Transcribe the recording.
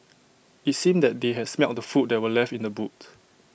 IT seemed that they had smelt the food that were left in the boot